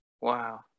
Wow